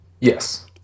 Yes